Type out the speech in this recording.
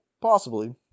possibly